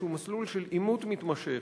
שהוא מסלול של עימות מתמשך,